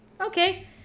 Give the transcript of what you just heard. Okay